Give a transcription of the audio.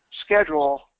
schedule